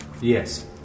Yes